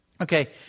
Okay